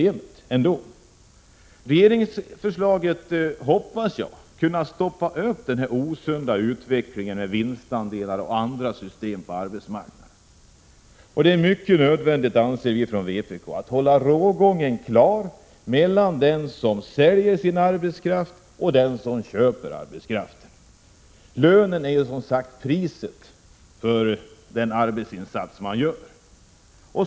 1986/87:135 hoppas jag, skall kunna stoppa upp denna osunda utveckling med vinstande — 3 juni 1987 lar och andra system på arbetsmarknaden. Det är alldeles nödvändigt, anser vi från vpk, att hålla rågången klar mellan den som säljer sin arbetskraft och den som köper arbetskraften. Lönen är som sagt priset för den arbetsinsats man gör.